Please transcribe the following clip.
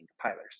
compilers